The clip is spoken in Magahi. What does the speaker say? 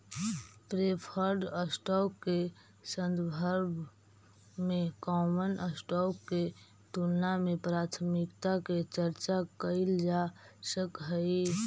प्रेफर्ड स्टॉक के संदर्भ में कॉमन स्टॉक के तुलना में प्राथमिकता के चर्चा कैइल जा सकऽ हई